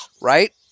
Right